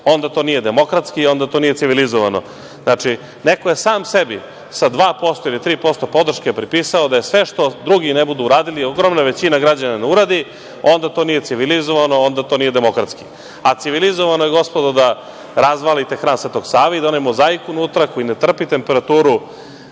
onda to nije demokratski, onda to nije civilizovano. Znači, neko je sam sebi, sa 2% ili 3% podrške pripisao da je sve što drugi ne budu uradili, ogromna većina građana ne uradi, onda to nije civilizovano, onda to nije demokratski.A civilizovano je, gospodo, da razvalite Hram Svetog Save i da onaj mozaik unutra, koji ne trpi temperaturu